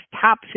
Top